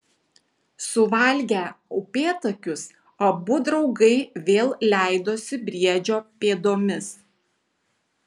suvalgę upėtakius abu draugai vėl leidosi briedžio pėdomis